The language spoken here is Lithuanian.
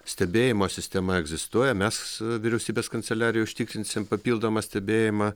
stebėjimo sistema egzistuoja mes vyriausybės kanceliarijoj užtikrinsim papildomą stebėjimą